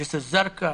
ג'סר א-זרקא,